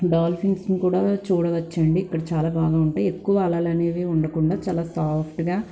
డాల్ఫిన్స్ను కూడా చూడవచ్చండి ఇక్కడ చాలా బాగుంటాయి ఎక్కువ అలల అనేది ఉండకుండా చాలా సాఫ్ట్గా